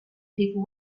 people